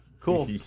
Cool